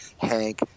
hank